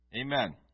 Amen